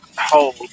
hold